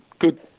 good